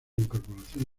incorporación